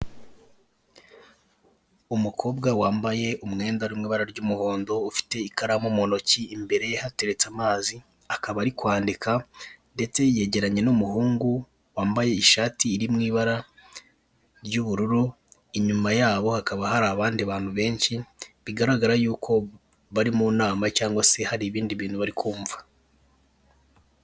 Umukobwa wambaye umwenda uri mu ibara ry'umuhondo, ufite ikaramu mu ntoki, imbere ye hateretse amazi, akaba ari kwandika ndetse yegeranye n'umuhungu wambaye ishati iri mu ibara ry'ubururu inyuma yabo hakaba hari abandi bantu benshi, bigaragara yuko bari mu nama cyangwa se hari ibindi bintu bari kumva.